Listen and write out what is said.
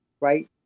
right